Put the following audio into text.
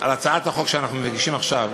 על הצעת החוק שאנחנו מגישים עכשיו,